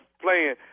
playing